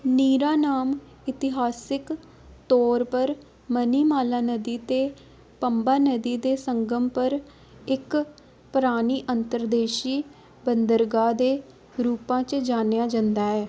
निरानाम इतिहासक तौर पर मणिमाला नदी ते पंबा नदी दे संगम पर इक परानी अंतर्देशी बंदरगाह् दे रूपा च जानेआ जंदा ऐ